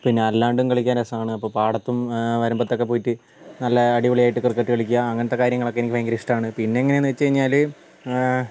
പിന്നെ അല്ലാണ്ടും കളിക്കാൻ രസമാണ് അപ്പം പാടത്തും വാരമ്പത്തൊക്കെ പോയിട്ട് നല്ല അടിപൊളിയായിട്ട് ക്രിക്കറ്റ് കളിക്കുക അങ്ങനത്തെ കാര്യങ്ങളൊക്കെ എനിക്ക് ഭയങ്കര ഇഷ്ടമാണ് പിന്നെ എങ്ങനെ എന്ന് വെച്ച് കഴിഞ്ഞാൽ